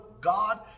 God